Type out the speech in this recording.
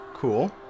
cool